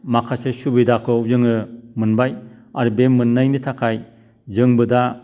माखासे सुबिदाखौ जोङो मोनबाय आरो बे मोननायनि थाखाय जोंबो दा